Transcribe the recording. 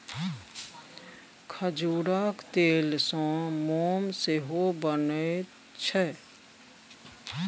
खजूरक तेलसँ मोम सेहो बनैत छै